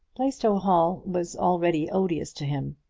plaistow hall was already odious to him,